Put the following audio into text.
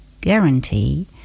guarantee